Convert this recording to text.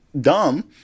dumb